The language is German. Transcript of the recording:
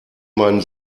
meinen